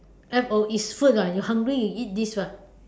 F O it's food [what] you hungry you eat this [what]